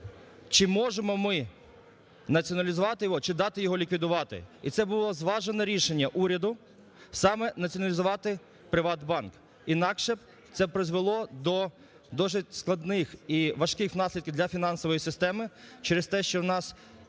чи можемо ми націоналізувати його, чи дати його ліквідувати. І це було зважене рішення уряду, саме націоналізувати "ПриватБанк". Інакше б це призвело до досить складних і важких наслідків для фінансової системи через те, що в нас